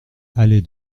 allée